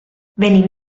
venim